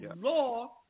law